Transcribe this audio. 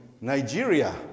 Nigeria